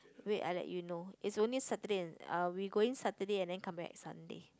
wait I let you know it's only Saturday and uh we going Saturday and then come back Sunday